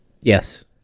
Yes